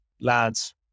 lads